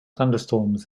thunderstorms